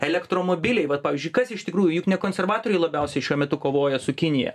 elektromobiliai vat pavyzdžiui kas iš tikrųjų juk ne konservatoriai labiausiai šiuo metu kovoja su kinija